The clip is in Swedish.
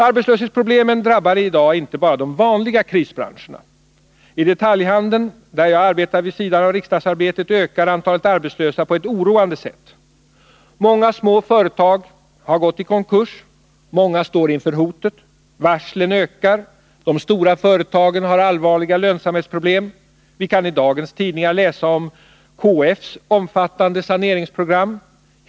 Arbetslöshetsproblemen drabbar i dag inte bara de vanliga krisbranscherna. I detaljhandeln, där jag arbetar vid sidan av riksdagsarbetet, ökar antalet arbetslösa på ett oroande sätt. Många små företag har gått i konkurs, och många står inför hotet om konkurs. Varslen ökar. De stora företagen har allvarliga lönsamhetsproblem. Vi kan i dagens tidningar läsa om KF:s omfattande saneringsprogråm.